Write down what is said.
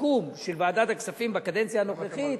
סיכום של ועדת הכספים בקדנציה הנוכחית,